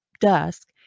dusk